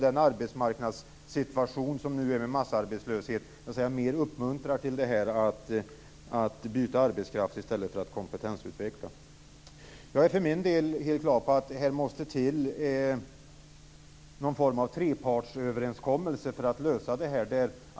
Den arbetsmarknadssituation som nu är med massarbetslöshet uppmuntrar mer till att byta arbetskraft än till att kompetensutveckla. Jag för min del är helt klar över att det måste till någon form av trepartsöverenskommelse för att lösa det här.